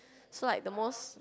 so like the most